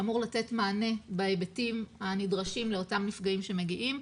שאמור לתת מענה בהיבטים הנדרשים לאותם נפגעים שמגיעים.